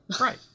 Right